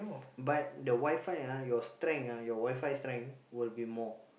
but the WiFi ah your strength ah your WiFi strength will be more